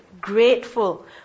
grateful